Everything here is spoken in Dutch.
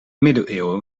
middeleeuwen